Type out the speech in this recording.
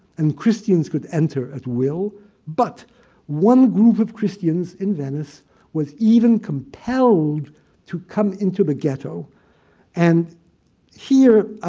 and christians could enter at will, but one group of christians in venice was even compelled to come into the ghetto and here